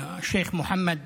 לשייח' מוחמד